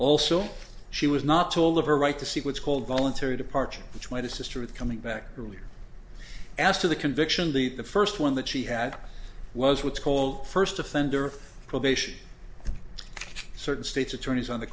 also she was not told of her right to see what's called voluntary departure which might assist with coming back here after the conviction that the first one that she had was what's called first offender probation certain states attorneys on the